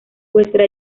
vuestra